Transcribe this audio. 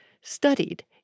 studied